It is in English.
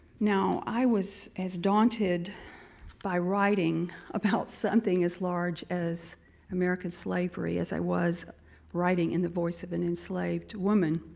now, i was as daunted by writing about something as large as american slavery as i was writing in the voice of an enslaved woman.